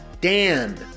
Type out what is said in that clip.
Dan